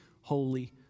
holy